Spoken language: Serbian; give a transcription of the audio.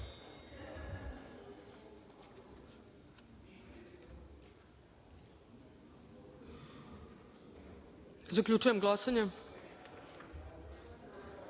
to? Zaključujem glasanje: